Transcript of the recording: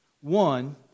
One